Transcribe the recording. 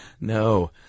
No